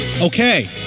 Okay